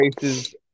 faces